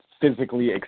physically